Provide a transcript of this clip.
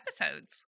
episodes